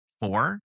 four